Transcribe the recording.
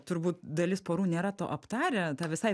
turbūt dalis porų nėra to aptarę tą visai